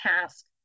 task